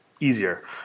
easier